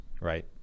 right